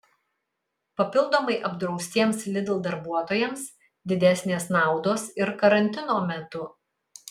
papildomai apdraustiems lidl darbuotojams didesnės naudos ir karantino metu